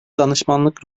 danışmanlık